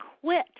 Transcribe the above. quit